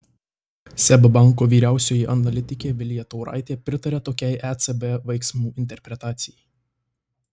seb banko vyriausioji analitikė vilija tauraitė pritaria tokiai ecb veiksmų interpretacijai